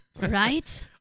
Right